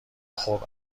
خوب